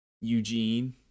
eugene